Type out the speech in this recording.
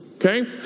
Okay